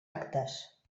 actes